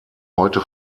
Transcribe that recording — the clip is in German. heute